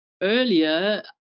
earlier